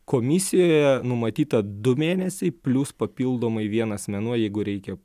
komisijoje numatyta du mėnesiai plius papildomai vienas mėnuo jeigu reikia